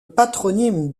patronyme